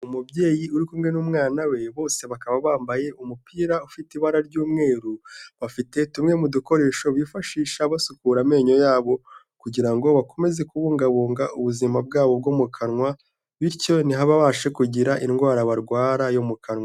Umubyeyi uri kumwe n'umwana we bose bakaba bambaye umupira ufite ibara ry'umweru bafite tumwe mu dukoresho bifashisha basukura amenyo yabo kugira ngo bakomeze kubungabunga ubuzima bwabo bwo mu kanwa bityo ntibababababashe kugira indwara barwara yo mu kanwa.